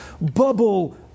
bubble